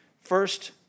first